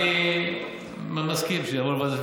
אני מסכים שיעבור לוועדת הפנים.